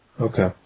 Okay